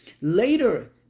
later